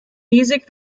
music